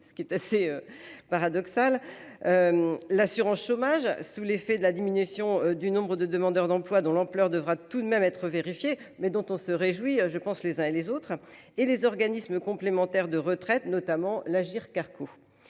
ce qui est assez paradoxal. L'assurance chômage sous l'effet de la diminution du nombre de demandeurs d'emploi dont l'ampleur devra tout de même être vérifié mais dont on se réjouit je pense les uns et les autres et les organismes complémentaires de retraite notamment l'Agirc-Arrco.